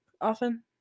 often